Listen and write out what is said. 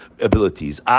abilities